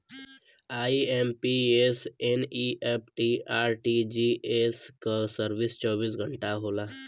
IMPS, NEFT, RTGS क service चौबीस घंटा होला